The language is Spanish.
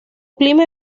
clima